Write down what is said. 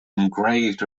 engraved